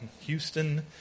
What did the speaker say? Houston